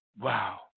Wow